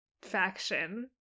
faction